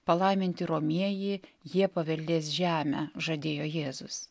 palaiminti romieji jie paveldės žemę žadėjo jėzus